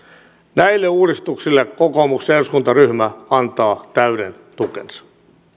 näille uudistuksille kokoomuksen eduskuntaryhmä antaa täyden tukensa